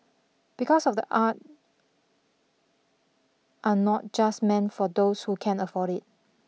because of the art are not just meant for those who can afford it